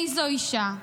איזו אישה.